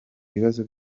bibazo